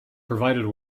provided